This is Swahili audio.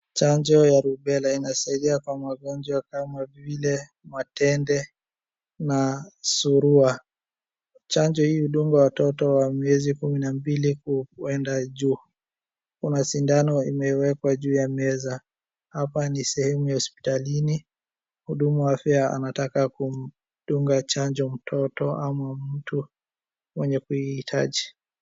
Chnjo ya rubela inasaidia kwa magonjwa kama vile matende na surua. Chanjo hii hudungwa watoto wa miezi kumi na mbili kuenda juu. Kuna sindano imewekwa juu ya meza. Hapa ni sehemu ya hospitalini, mhudumu wa afya anataka kumdunga chanjo mtoto ama mtu mwenye kuihitaji.